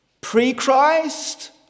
Pre-Christ